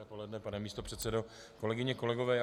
Dobré dopoledne, pane místopředsedo, kolegyně, kolegové.